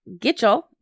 Gitchell